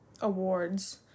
awards